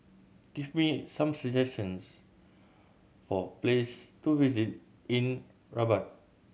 give me some suggestions for place to visit in Rabat